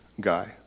guy